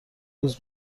روز